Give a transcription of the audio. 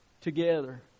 together